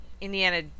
Indiana